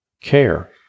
care